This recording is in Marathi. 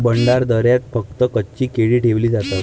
भंडारदऱ्यात फक्त कच्ची केळी ठेवली जातात